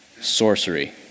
Sorcery